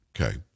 Okay